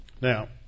Now